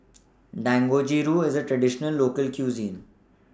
Dangojiru IS A Traditional Local Cuisine